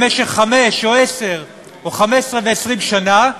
במשך חמש שנים או עשר או 15 ו-20 שנה,